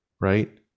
right